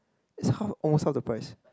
is half almost half the price